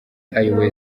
ayoboye